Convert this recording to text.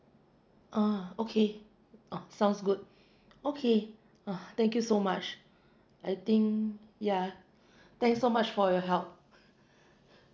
uh okay oh sounds good okay uh thank you so much I think yeah thanks so much for your help